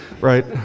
Right